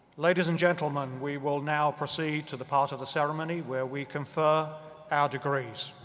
ladies and gentlemen we will now proceed to the part of the ceremony where we confer our degrees.